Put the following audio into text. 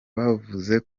bavuze